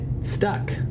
stuck